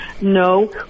no